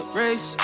race